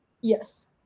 Yes